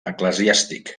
eclesiàstic